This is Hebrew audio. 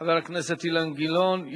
חבר הכנסת אילן גילאון.